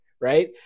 right